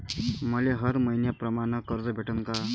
मले हर मईन्याप्रमाणं कर्ज भेटन का?